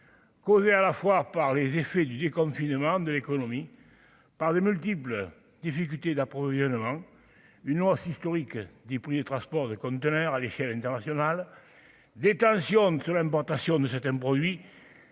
causée à la fois par les effets du déconfinement de l'économie par les multiples difficultés d'approvisionnement une hausse historique des prix du transport de containers à l'échelle internationale des tensions sur l'importation de certains produits